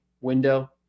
window